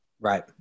Right